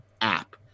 app